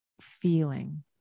feeling